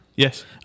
Yes